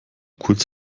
kurz